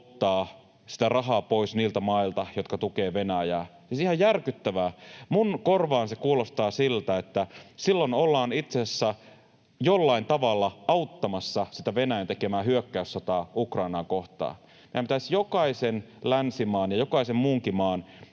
ottaa sitä rahaa pois niiltä mailta, jotka tukevat Venäjää — siis ihan järkyttävää. Minun korvaani se kuulostaa siltä, että silloin ollaan itse asiassa jollain tavalla auttamassa sitä Venäjän tekemää hyökkäyssotaa Ukrainaa kohtaan. Meidän jokaisen länsimaan ja jokaisen muunkin maan,